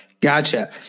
gotcha